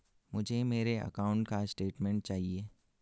मुझे मेरे अकाउंट का स्टेटमेंट चाहिए?